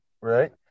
right